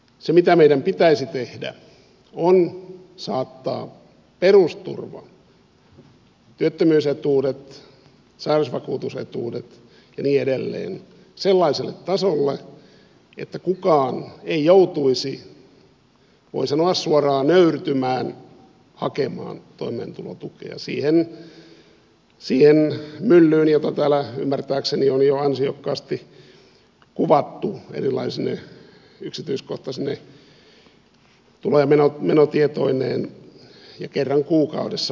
se mitä meidän pitäisi tehdä on saattaa perusturva työttömyysetuudet sairasvakuutusetuudet ja niin edelleen sellaiselle tasolle että kukaan ei joutuisi voi sanoa suoraan nöyrtymään hakemaan toimeentulotukea siihen myllyyn jota täällä ymmärtääkseni on jo ansiokkaasti kuvattu erilaisine yksityiskohtaisine tulo ja menotietoineen ja kerran kuukaudessa vieläpä